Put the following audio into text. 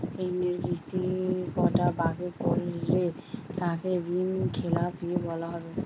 ঋণের কিস্তি কটা বাকি পড়লে তাকে ঋণখেলাপি বলা হবে?